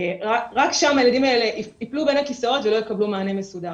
רק שם הילדים האלה ייפלו בין הכיסאות ולא יקבלו מענה מסודר.